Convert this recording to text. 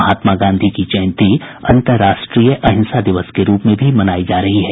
महात्मा गांधी की जयंती अंतर्राष्ट्रीय अहिंसा दिवस के रूप में भी मनाई जा रही है